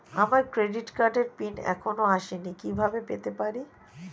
আমার ক্রেডিট কার্ডের পিন এখনো আসেনি কিভাবে পেতে পারি?